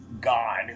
God